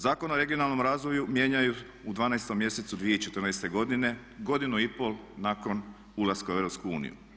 Zakon o regionalnom razvoju mijenjaju u 12. mjesecu 2014. godine, godinu i pol nakon ulaska u EU.